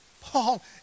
Paul